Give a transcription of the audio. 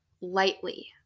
lightly